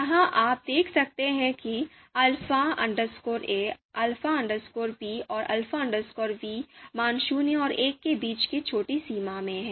यहां आप देख सकते हैं कि beta q beta p और beta v मान शून्य और एक के बीच की छोटी सीमा में हैं